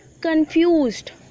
confused